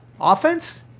Offense